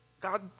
God